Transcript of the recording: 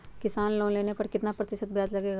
किसान लोन लेने पर कितना प्रतिशत ब्याज लगेगा?